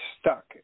stuck